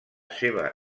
seva